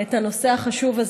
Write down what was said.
את הנושא החשוב הזה,